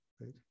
right